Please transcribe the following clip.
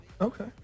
Okay